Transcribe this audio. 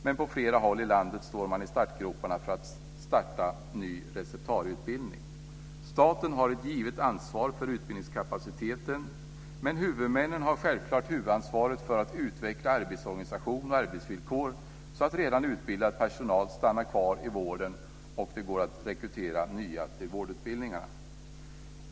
Men på flera håll i landet står man i startgroparna för att starta ny receptarieutbildning. Staten har ett givet ansvar för utbildningskapaciteten, men huvudmännen har självklart huvudansvaret för att utveckla arbetsorganisation och arbetsvillkor så att redan utbildad personal stannar kvar i vården och så att det går att rekrytera nya människor till vårdutbildningarna.